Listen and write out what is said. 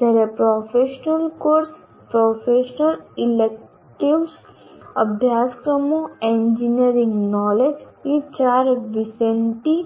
જ્યારે professional course professional ઈલેક્ટિવ્સના અભ્યાસક્રમો એન્જિનિયરિંગ નોલેજ ની ચાર વિન્સેન્ટી